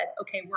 okay